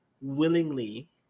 willingly